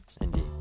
Indeed